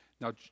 Now